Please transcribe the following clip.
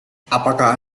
apakah